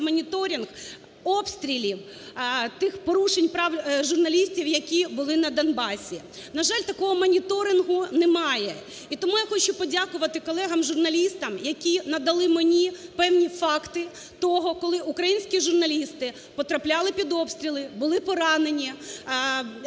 обстрілів, тих порушень прав журналістів, які були на Донбасі. На жаль, такого моніторингу немає. І тому я хочу подякувати колегам журналістам, які надали мені певні факти того, коли українські журналісти потрапляли під обстріли, були поранені,